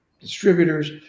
distributors